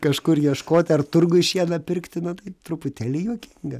kažkur ieškoti ar turguj šieną pirkti nu tai truputėlį juokinga